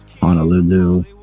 honolulu